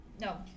No